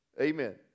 Amen